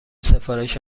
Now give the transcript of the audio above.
سفارش